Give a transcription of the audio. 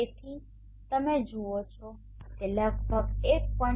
તેથી અહીં તમે જુઓ છો કે તે લગભગ 1